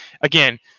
again